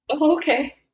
Okay